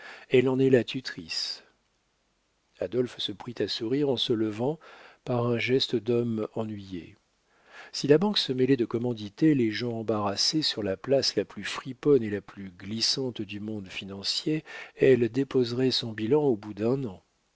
elle en est la tutrice adolphe se prit à sourire en se levant par un geste d'homme ennuyé si la banque se mêlait de commanditer les gens embarrassés sur la place la plus friponne et la plus glissante du monde financier elle déposerait son bilan au bout d'un an